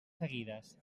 seguides